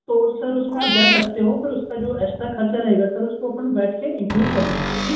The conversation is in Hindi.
तो सर उस में आप जा सकते हो पर उसका जो एक्स्ट्रा ख़र्च रहेगा सर उसको अपन बैठ कर इंक्लूड कर लेंगे